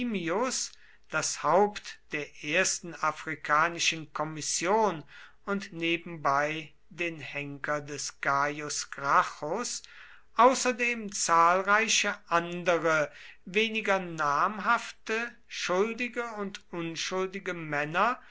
das haupt der ersten afrikanischen kommission und nebenbei den henker des gaius gracchus außerdem zahlreiche andere weniger namhafte schuldige und unschuldige männer